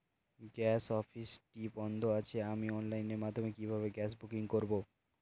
Gas অফিসটি বন্ধ আছে আমি অনলাইনের মাধ্যমে কিভাবে গ্যাস বুকিং করব?